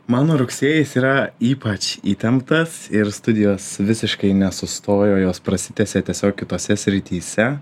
mano rugsėjis yra ypač įtemptas ir studijos visiškai nesustojo jos prasitęsė tiesiog kitose srityse